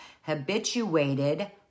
habituated